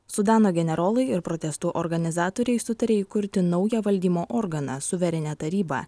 sudano generolai ir protestų organizatoriai sutarė įkurti naują valdymo organą suverenią tarybą